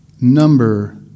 number